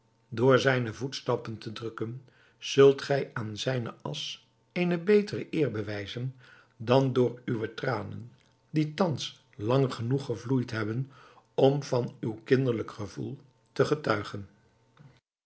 door zijne voetstappen te drukken zult gij aan zijne asch eene betere eer bewijzen dan door uwe tranen die thans lang genoeg gevloeid hebben om van uw kinderlijk gevoel te getuigen